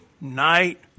night